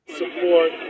support